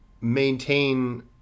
maintain